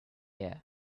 air